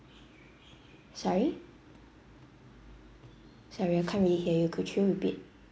sorry sorry I can't really hear you could you repeat